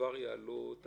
וכבר יעלו את